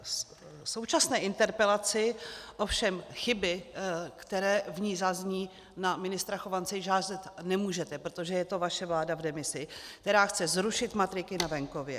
V současné interpelaci ovšem chyby, které v ní zazní, na ministra Chovance, již házet nemůžete, protože je to vaše vláda v demisi, která chce zrušit matriky na venkově.